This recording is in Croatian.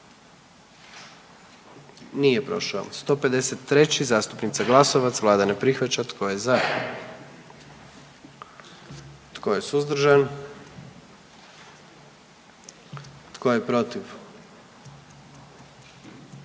44. Kluba zastupnika SDP-a, vlada ne prihvaća. Tko je za? Tko je suzdržan? Tko je protiv?